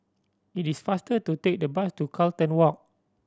it is faster to take the bus to Carlton Walk